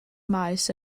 maes